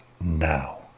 now